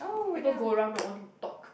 people go around not wanting to talk